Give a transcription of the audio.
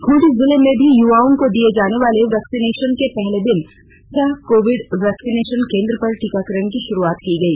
खूंटी जिले में भी युवाओं को दिए जाने वाले वैक्सीनेशन के पहले दिन छह कोविड वैक्सीनेशन केंद्रों पर टीकाकरण की शुरुआत की गई